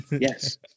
Yes